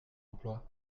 emploi